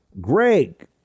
Greg